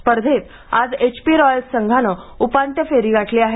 स्पर्धेत आज HP Royals संघाने उपांत्य फेरी गाठली आहे